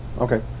Okay